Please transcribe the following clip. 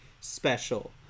special